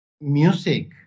music